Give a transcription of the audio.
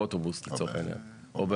באוטובוס או באונייה,